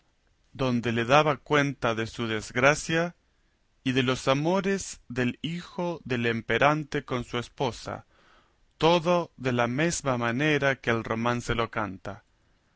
donde le daba cuenta de su desgracia y de los amores del hijo del emperante con su esposa todo de la mesma manera que el romance lo canta